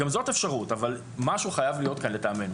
גם זאת אפשרות אבל לטעמנו משהו חייב להיות כאן.